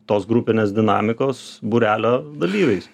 tos grupinės dinamikos būrelio dalyviais